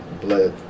blood